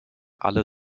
alle